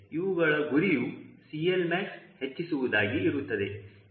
ಇವುಗಳ ಗುರಿಯು CLmax ಹೆಚ್ಚಿಸುವುದಾಗಿ ಇರುತ್ತದೆ